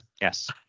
Yes